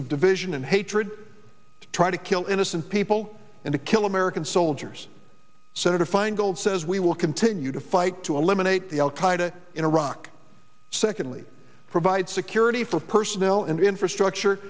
of division and hatred try to kill innocent people and to kill american soldiers senator feingold says we will continue to fight to eliminate the al qaeda in iraq secondly provide security for personnel and infrastructure